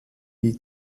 wie